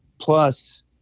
plus